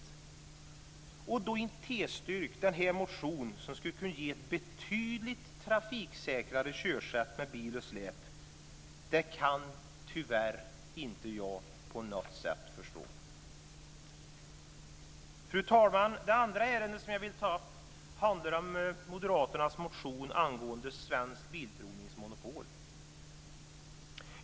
Att man då inte tillstyrker den här motionen som skulle kunna ge ett betydligt trafiksäkrare körsätt med bil och släp kan jag tyvärr inte på något sätt förstå. Fru talman! Det andra ärende som jag vill ta upp handlar om moderaternas motion angående Svensk Bilprovnings monopol.